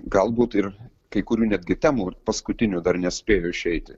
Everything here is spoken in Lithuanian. galbūt ir kai kurių netgi temų paskutinių dar nespėjo išeiti